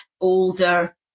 older